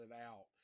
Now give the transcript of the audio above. out